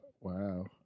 Wow